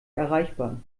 erreichbar